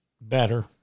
better